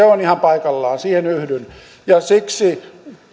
on ihan paikallaan siihen yhdyn ja siksi